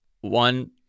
one